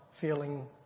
feeling